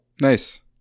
Nice